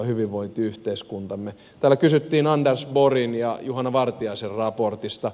täällä kysyttiin anders borgin ja juhana vartiaisen raportista